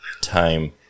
Time